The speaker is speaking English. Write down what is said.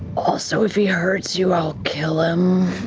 also, if he hurts you, i'll kill him.